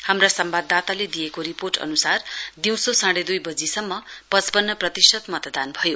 हाम्रा सम्वाददाताले दिएको रिपोर्ट अनुसार दिउँसो साँढे दुई वजे सम्म पचपन्न प्रतिशत मतदान भयो